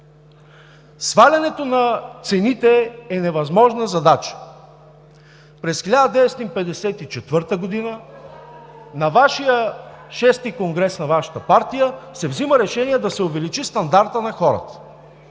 Свалянето на цените е невъзможна задача. През 1954 г. на Вашия VI конгрес на Вашата партия се взима решение да се увеличи стандартът на хората